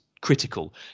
critical